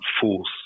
force